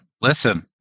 listen